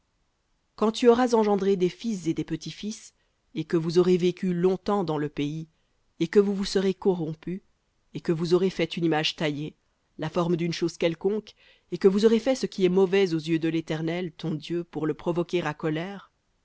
quand tu auras engendré des fils et des petits-fils et que vous aurez vécu longtemps dans le pays et que vous vous serez corrompus et que vous aurez fait une image taillée la forme d'une chose quelconque et que vous aurez fait ce qui est mauvais aux yeux de l'éternel ton dieu pour le provoquer à colère